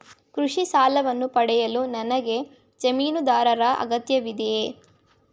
ಕೃಷಿ ಸಾಲವನ್ನು ಪಡೆಯಲು ನನಗೆ ಜಮೀನುದಾರರ ಅಗತ್ಯವಿದೆಯೇ?